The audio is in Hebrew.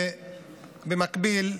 ובמקביל,